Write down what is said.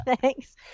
Thanks